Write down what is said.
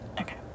Okay